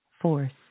force